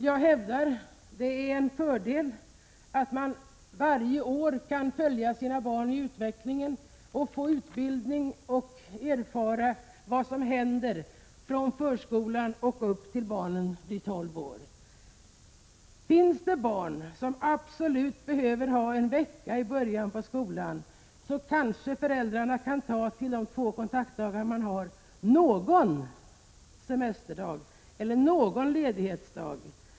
Jag hävdar att det är en fördel att man varje år kan följa sina barn i utvecklingen och få utbildning och erfara vad som händer, från förskolan och upp till dess barnen blir tolv år. När det gäller barn som absolut behöver ha en förälder hemma en vecka i början av skoltiden, kanske föräldrarna kan ta till de få kontaktdagar man har och möjligen någon semesterdag eller annan ledighetsdag.